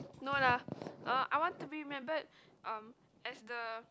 no lah uh I want to be remembered um as the